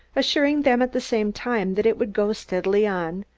assuring them at the same time that it would go steadily on,